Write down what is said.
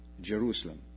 Jerusalem